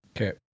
Okay